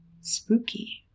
Spooky